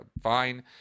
Fine